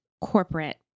corporate